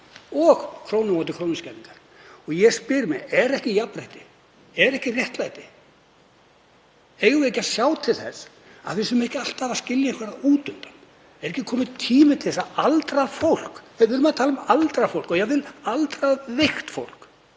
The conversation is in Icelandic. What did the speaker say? og krónu á móti krónu skerðingar. Ég spyr mig: Er ekki jafnrétti? Er ekki réttlæti? Eigum við ekki að sjá til þess að við séum ekki alltaf að skilja einhverja út undan? Er ekki kominn tími til þess að aldrað fólk — við erum að tala um aldrað fólk og jafnvel veikt